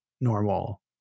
normal